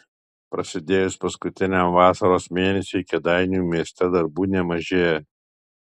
prasidėjus paskutiniam vasaros mėnesiui kėdainių mieste darbų nemažėja